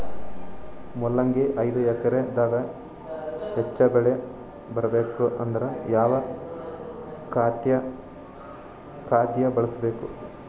ಮೊಲಂಗಿ ಐದು ಎಕರೆ ದಾಗ ಹೆಚ್ಚ ಬೆಳಿ ಬರಬೇಕು ಅಂದರ ಯಾವ ಖಾದ್ಯ ಬಳಸಬೇಕು?